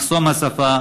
מחסום השפה,